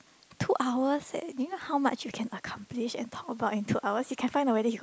two hours eh you know how much you can accomplish and talk about in two hours you can find out whether he got